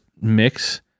mix